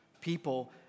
People